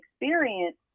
experience